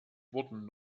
wurden